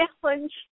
challenge